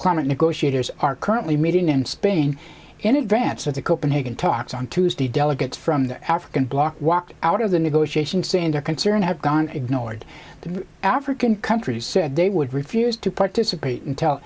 climate negotiators are currently meeting in spain in advance of the copenhagen talks on tuesday delegates from the african bloc walked out of the negotiations saying their concern had gone ignored the african countries said they would refuse to participate and tell